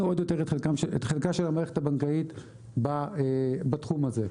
עוד יותר את חלקה של המערכת הבנקאית בתחום הזה.